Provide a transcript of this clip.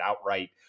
outright